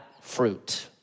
fruit